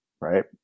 right